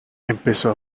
empezó